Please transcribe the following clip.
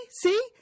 See